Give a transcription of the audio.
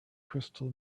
crystal